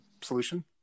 solution